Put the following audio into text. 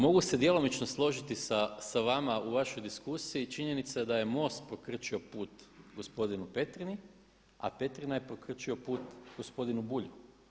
Mogu se djelomično složiti sa vama u vašoj diskusiji, činjenica da je most pokrčio put gospodinu Petrini a Petrina je pokrčio put gospodinu Bulju.